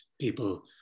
people